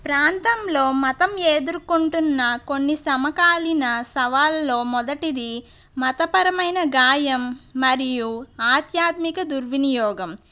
ప్రాంతంలో మతం ఎదుర్కొంటున్న కొన్ని సమకాలిన సవాల్లో మొదటిది మతపరమైన గాయం మరియు ఆధ్యాత్మిక దుర్వినియోగం